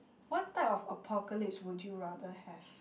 what type of apocalypse would you rather have